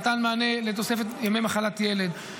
נתן מענה לתוספת ימי מחלת ילד,